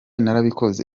narabikoze